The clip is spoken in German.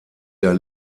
der